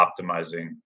optimizing